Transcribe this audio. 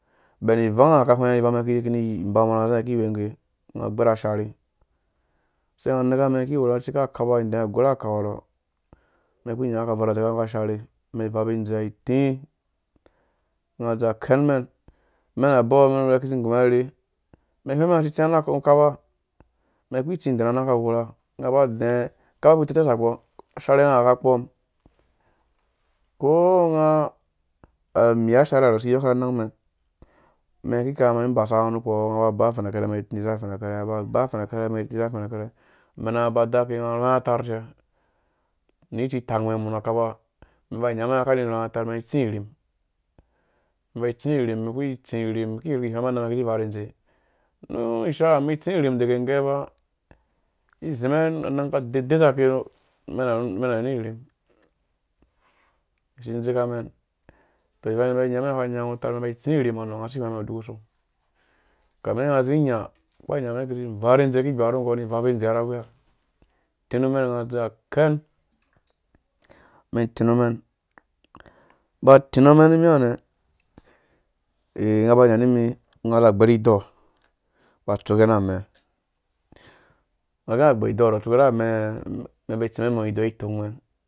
Ben ivanga ka hwenga ivang mɛn kini ki kwenge nga gberh asharhe se nga neka mɛn ki we na ciki akaba idɛ agwerha kawa ro mɛn ki nya nga ka dzeka nggu asharhe mɛn gvabi dzeya iti nga dze akɛn mɛn mɛn abo men kisi gumɛn arherhe mɛn hweng mɛn nga si tsia ru kaba mɛn ki tsi dɛ na nang ka ghorha nga ba dɛ kaba teiteisakɔ asherhanga ka kpɔm ko nga amia asharhe si tsia na nang mɛn meŋ ki kama i basa nga nukpo nga ba ba efen akɛrɛ mɛn zi afɛn akɛrhɛ nga ba ba afɛn akerhɛ mɛn zi afɛn akerhe amɛnangã ba dake nga rɔi atarr cɛ ni titang mɛ mɔ nu kaba mɛn na iyamen nga kani rɔi atarr mɛn tsi irim mɛn ba itsi irim nuku tsi irim mɛn ki hweng mɛn anang mɛn ba tsi irim dege ngɛ faa izimɛn anang kade derherhake mɛn na wurhi irim zsi ndzeka mɛn tɔ ivanga mɛn ba nya mɛn nga ka nyagei utarr mɛn ba itsi irhima nɔ nga si hwengã mɛn uku song kame nga zi nya kpa nya mɛn kizi varhandze ni gba nu ngɔ ni vabi ndzeya na wuya tirhimen nga dze akɛn mɛn tinumen ba tinumɛn ni mi ha nɛ nga ba za nya nimi nga za gberh ido ba tsuke na amɛɛ nga gɛ nga gberh idɔ ha nɔ tsuke na mɛ idɔk itong mɛn